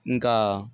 ఇంకా